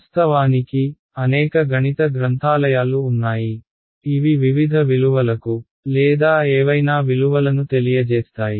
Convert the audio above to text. వాస్తవానికి అనేక గణిత గ్రంథాలయాలు ఉన్నాయి ఇవి వివిధ విలువలకు లేదా ఏవైనా విలువలను తెలియజేస్తాయి